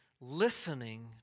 listening